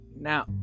Now